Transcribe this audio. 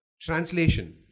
Translation